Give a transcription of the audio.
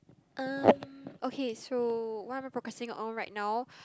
um okay so what am I procrastinating on right now